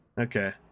Okay